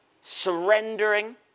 surrendering